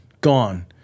Gone